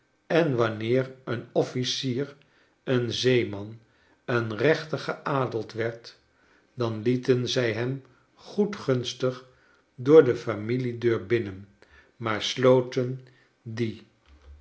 en wanneer een o if icier een zeeman een reenter geadeld werd dan lieten zij hem goedgunstig door de familiedcur binnen maar sloten die